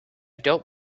don’t